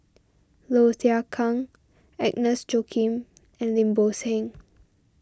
Low Thia Khiang Agnes Joaquim and Lim Bo Seng